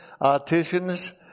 artisans